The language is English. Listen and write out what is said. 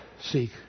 seek